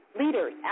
Leaders